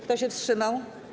Kto się wstrzymał?